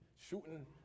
shooting